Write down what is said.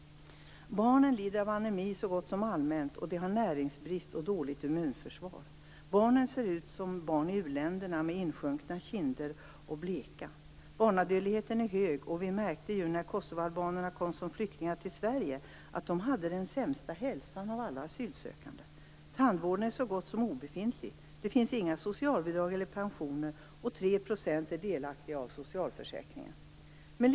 Barnen lider av anemi så gott som allmänt, och de har näringsbrist och dåligt immunförsvar. Barnen ser ut som barn i uländerna med insjunkna kinder, och de är bleka. Barnadödligheten är hög. Vi märkte när kosovoalbanerna kom som flyktingar till Sverige att de hade den sämsta hälsan av alla asylsökande. Tandvården är så gott som obefintlig. Det finns inga socialbidrag eller pensioner, och 3 % omfattas av socialförsäkringen.